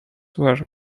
were